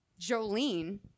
Jolene